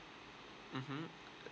mmhmm